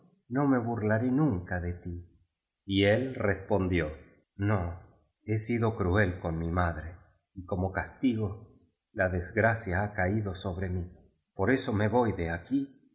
no me burlaré nunca de ti y él respondió no he sido cruel con mi madre y como castigo la des gracia ha caído sobre mí por eso me voy de aquí